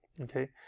okay